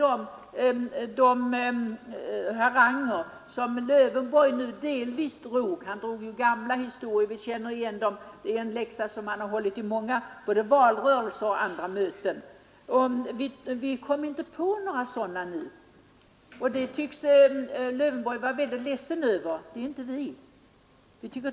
De haranger som herr Lövenborg själv drog — hans historier var ju gamla och vi känner igen dem — ingår i den läxa han dragit både under valrörelsen och på andra möten åren igenom. Vi kom inte på några sådana skandaler, och herr Lövenborg tycks vara ledsen över det. Men det är inte vi.